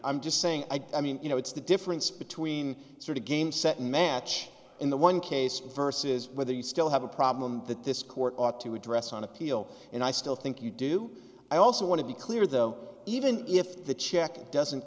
i'm just saying i mean you know it's the difference between sort of game set match in the one case versus whether you still have a problem that this court ought to address on appeal and i still think you do i also want to be clear though even if the check doesn't